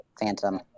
Phantom